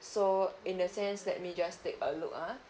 so in the sense let me just take a look ah